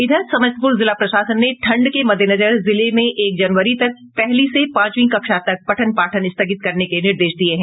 इधर समस्तीपूर जिला प्रशासन ने ठंड के मद्देनजर जिले में एक जनवरी तक पहली से पांचवीं कक्षा तक पठन पाठन स्थगित करने के निर्देश दिये हैं